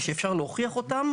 אפשר להוכיח אותם